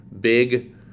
big